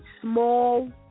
small